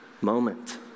moment